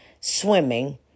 swimming